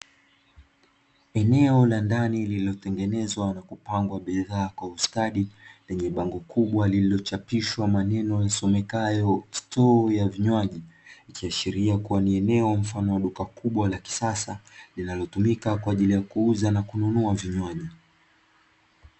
Eneo la ndani lililotengenezwa na kupangwa bidhaa kwa ustadi, lenye bango kubwa lililochapishwa maneno yasomekayo “Stoo ya vinywaji” ikiashiria kuwa ni eneo mfano wa duka kubwa la kisasa, linalotumika kwaajili ya kuuza na kununua vinywaji.